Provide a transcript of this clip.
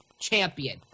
champion